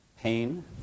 Pain